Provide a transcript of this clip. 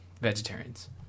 Vegetarians